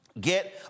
Get